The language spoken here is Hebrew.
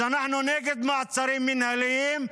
אז אנחנו נגד מעצרים מינהליים,